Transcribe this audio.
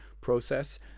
process